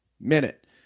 minute